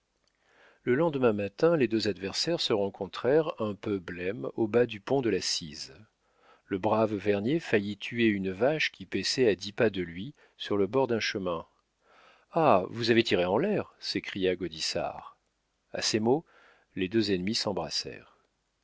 le lendemain matin les deux adversaires se rencontrèrent un peu blêmes au bas du pont de la cise le brave vernier faillit tuer une vache qui paissait à dix pas de lui sur le bord d'un chemin ah vous avez tiré en l'air s'écria gaudissart a ces mots les deux ennemis